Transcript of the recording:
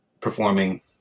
performing